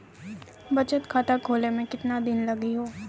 बचत खाता खोले मे केतना दिन लागि हो?